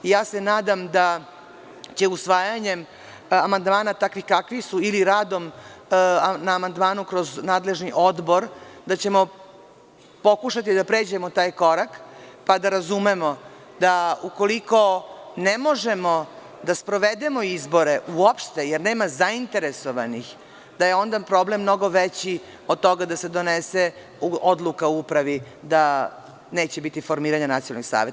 Nadam se da će usvajanjem amandmana, takvi kakvi su, ili da ćemo radom na amandmanu kroz nadležni odbor pokušati da pređemo taj korak, pa da razumemo da ukoliko ne možemo da sprovedemo izbore uopšte, jer nema zainteresovanih, da je onda problem mnogo veći od toga da se donese odluka u upravi da neće biti formiranja nacionalnih saveta.